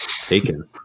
taken